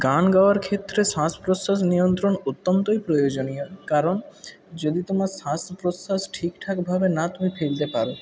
গান গাওয়ার ক্ষেত্রে শ্বাস প্রশ্বাস নিয়ন্ত্রণ অত্যন্তই প্রয়োজনীয় কারণ যদি তোমার শ্বাস প্রশ্বাস ঠিকঠাকভাবে না তুমি ফেলতে পারো